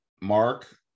Mark